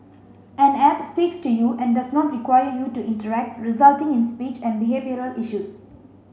an app speaks to you and does not require you to interact resulting in speech and behavioural issues